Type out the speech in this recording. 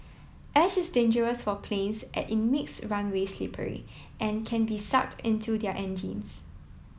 ash is dangerous for planes as it makes runways slippery and can be sucked into their engines